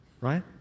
right